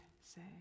say